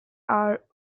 are